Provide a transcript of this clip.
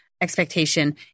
expectation